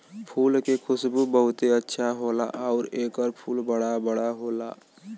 फूल के खुशबू बहुते अच्छा होला आउर एकर फूल बड़ा बड़ा होला